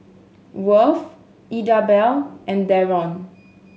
Worth Idabelle and Darron